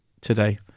today